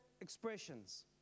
expressions